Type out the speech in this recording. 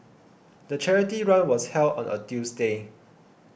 the charity run was held on a Tuesday